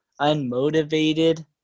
unmotivated